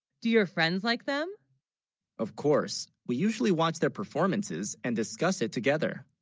do your friends like them of course, we usually watch their performances and discuss it together?